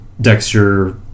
Dexter